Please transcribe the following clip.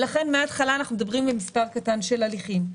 ולכן מהתחלה אנחנו מדברים במספר קטן של הליכים.